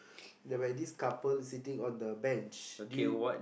whereby this couple sitting on the bench do you